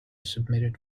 submitted